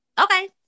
Okay